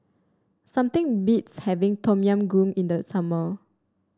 something beats having Tom Yam Goong in the summer